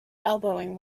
elbowing